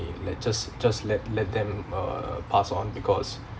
they let just just let let them uh passed on because